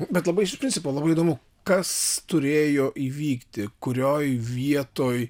bet labai iš principo labai įdomu kas turėjo įvykti kurioj vietoj